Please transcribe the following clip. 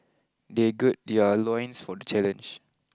they gird their loins for the challenge